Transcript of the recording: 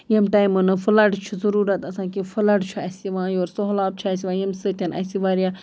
ییٚمہِ ٹایمہٕ نہٕ فُلڈ ضروٗرت آسان کیٚنٛہہ فَٔلڈ چھُ اَسہِ یِوان یور سٔہلاب چھُ اَسہِ یِوان ییٚمہِ سۭتٮ۪ن اَسہِ واریاہ